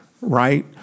right